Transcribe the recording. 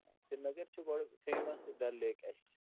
سریٖنگر چھِ بَڑٕ famous Dal lake اَسہِ